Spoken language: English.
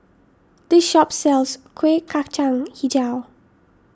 this shop sells Kueh Kacang HiJau